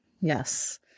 Yes